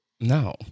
No